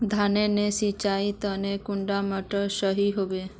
धानेर नेर सिंचाईर तने कुंडा मोटर सही होबे?